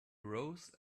rose